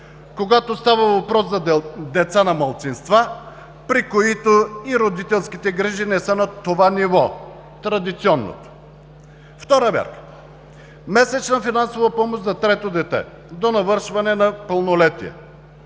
„когато става въпрос за деца на малцинства, при които и родителските грижи не са на това ниво – традиционното.“ Втора мярка – месечна финансова помощ за трето дете до навършване на пълнолетие.